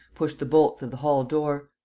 pushed the bolts of the hall-door.